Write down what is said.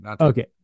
okay